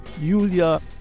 Julia